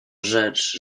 rzecz